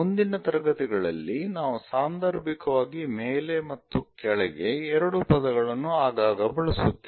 ಮುಂದಿನ ತರಗತಿಗಳಲ್ಲಿ ನಾವು ಸಾಂದರ್ಭಿಕವಾಗಿ ಮೇಲೆ ಮತ್ತು ಕೆಳಗೆ ಎರಡು ಪದಗಳನ್ನು ಆಗಾಗ ಬಳಸುತ್ತೇವೆ